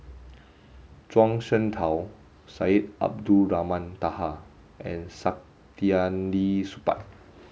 Zhuang Shengtao Syed Abdulrahman Taha and Saktiandi Supaat